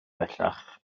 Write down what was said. bellach